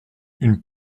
une